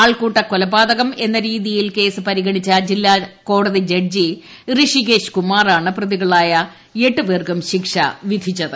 ആൾക്കൂട്ട കൊലപാതകം എന്ന രീതിയിൽ കേസ് പരിഗണിച്ച് ജില്ലാ കോടതി ജഡ്ജി ഋഷികേഷ് കുമാറാണ് പ്രതികളായി എട്ട് പേർക്കും ശിക്ഷ വിധിച്ചത്